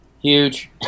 Huge